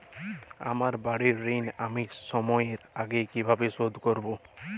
আমার বাড়ীর ঋণ আমি সময়ের আগেই কিভাবে শোধ করবো?